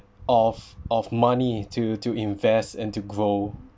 of of money to to invest into grow